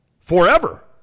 forever